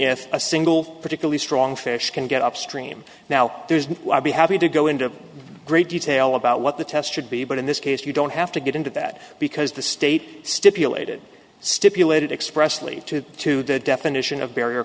if a single particularly strong fish can get upstream now there's no i'll be happy to go into great detail about what the test should be but in this case you don't have to get into that because the state stipulated stipulated expressly to to the definition of barrier